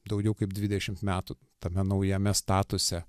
daugiau kaip dvidešimt metų tame naujame statuse